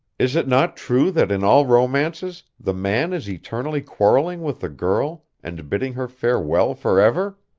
is it not true that in all romances the man is eternally quarrelling with the girl and bidding her farewell forever?